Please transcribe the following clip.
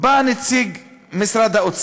בא נציג של שר האוצר